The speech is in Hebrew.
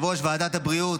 יושב-ראש ועדת הבריאות,